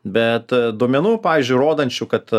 bet duomenų pavyzdžiui įrodančių kad